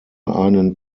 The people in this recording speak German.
einen